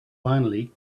finally